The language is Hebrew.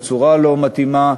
בצורה הלא-מתאימה,